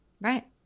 Right